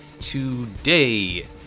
today